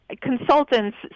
Consultants